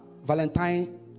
Valentine